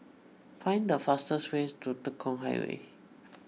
find the fastest way to Tekong Highway